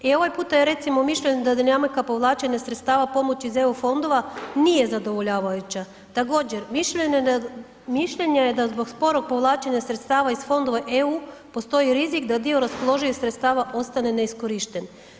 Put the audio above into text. I ovaj puta je recimo mišljenje da dinamika povlačenja sredstava pomoći iz EU nije zadovoljavajuća, također mišljenja je da zbog sporog povlačenja sredstava iz fondova EU postoji rizik da dio raspoloživih sredstava ostane neiskorišten.